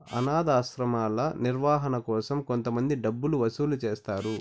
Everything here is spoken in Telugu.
అనాధాశ్రమాల నిర్వహణ కోసం కొంతమంది డబ్బులు వసూలు చేస్తారు